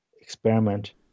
experiment